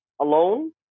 alone